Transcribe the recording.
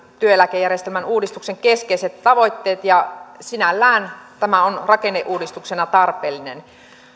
työeläkejärjestelmän uudistuksen keskeiset tavoitteet ja sinällään tämä on rakenneuudistuksena tarpeellinen